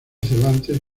cervantes